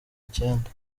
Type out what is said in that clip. icyenda